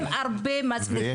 הם הרבה יותר מצליחים.